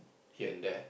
here and there